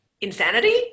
Insanity